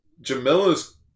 Jamila's